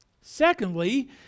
Secondly